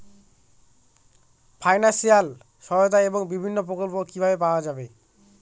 Financial সহায়তা এবং বিভিন্ন প্রকল্প কিভাবে পাওয়া যাবে?